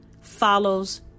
follows